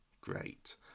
great